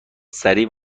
سریع